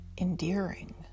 endearing